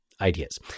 ideas